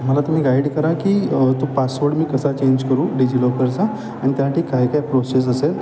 मला तुम्ही गाईड करा की तो पासवर्ड मी कसा चेंज करू डिजीलॉकरचा आणि त्यासाठी काय काय प्रोसेस असेल